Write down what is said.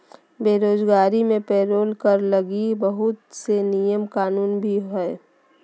बेरोजगारी मे पेरोल कर लगी बहुत से नियम कानून भी हय